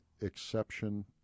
exception